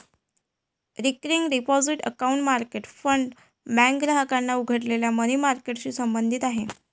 recurring deposit account market fund bank ग्राहकांनी उघडलेल्या money मार्केटशी संबंधित आहे